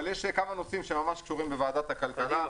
אבל יש כמה נושאים שקשורים בוועדת הכלכלה.